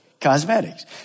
cosmetics